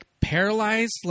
paralyzed